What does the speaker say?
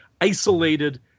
isolated